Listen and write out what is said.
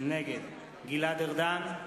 נגד גלעד ארדן,